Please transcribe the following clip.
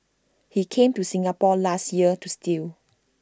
he came to Singapore last year to steal